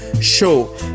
Show